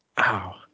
Wow